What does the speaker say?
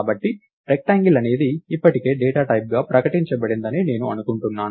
కాబట్టి రెక్టాంగిల్ అనేది ఇప్పటికే డేటా టైప్ గా ప్రకటించబడిందని నేను అనుకుంటాను